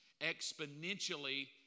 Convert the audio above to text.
exponentially